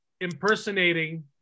impersonating